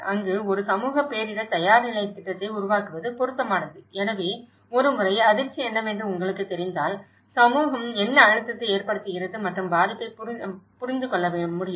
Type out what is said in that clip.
அங்கு ஒரு சமூக பேரிடர் தயார் நிலைத் திட்டத்தை உருவாக்குவது பொருத்தமானது எனவே ஒரு முறை அதிர்ச்சி என்னவென்று உங்களுக்குத் தெரிந்தால் சமூகம் என்ன அழுத்தத்தை ஏற்படுத்துகிறது மற்றும் பாதிப்பைப் புரிந்து கொள்ள முடியும்